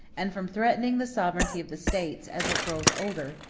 and from threatening the sovereignty of the states, as it grows older,